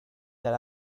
that